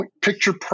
picture